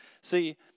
See